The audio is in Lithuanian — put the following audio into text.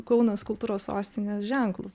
kaunas kultūros sostinės ženklu